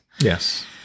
Yes